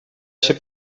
się